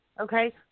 Okay